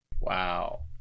Wow